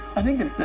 i think the